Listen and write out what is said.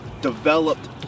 developed